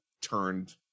turned